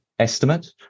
estimate